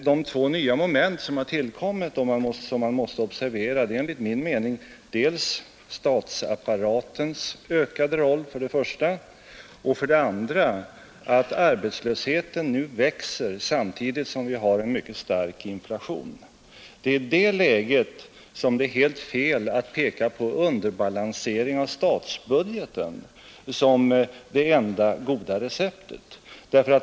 De två nya moment som har tillkommit och som man måste observera är enligt min mening för det första statsapparatens ökade roll, för det andra att arbetslösheten nu växer samtidigt som vi har en mycket stark inflation. I det läget är det helt fel att peka på underbalansering av statsbudgeten som det goda receptet.